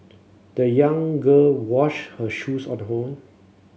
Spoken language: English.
the young girl washed her shoes on the her own